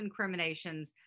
incriminations